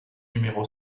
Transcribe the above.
numéro